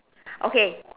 okay